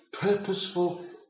Purposeful